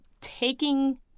taking